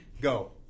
Go